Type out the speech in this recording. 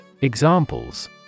Examples